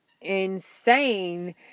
insane